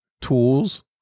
tools